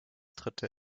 dritte